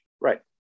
Right